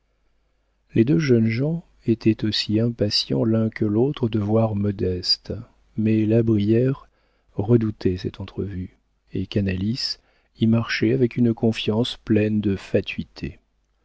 les deux jeunes gens étaient aussi impatients l'un que l'autre de voir modeste mais la brière redoutait cette entrevue et canalis y marchait avec une confiance pleine de fatuité